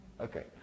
Okay